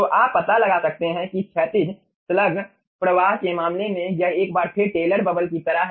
तो आप पता लगा सकते हैं कि क्षैतिज स्लग प्रवाह के मामले में यह एक बार फिर टेलर बबल की तरह है